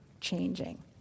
changing